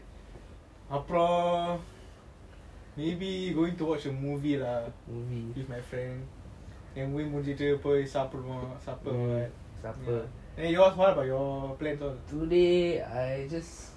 அப்புறம்:apram maybe going to watch a movie a movie lah with my friend movie முடிஞ்சிட்டு பொய் சாப்பிடுவோம்:mudinjitu poi sapduvom supper eh yours what about your plan for